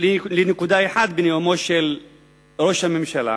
לנקודה אחת בנאומו של ראש הממשלה,